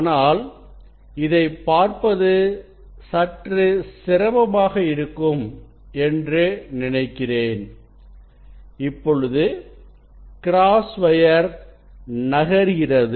ஆனால் இதைப் பார்ப்பது சற்று சிரமமாக இருக்கும் என்று நினைக்கிறேன் இப்பொழுது கிராஸ் வயர் நகர்கிறது